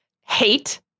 hate